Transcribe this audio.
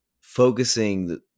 focusing